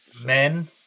men